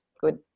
good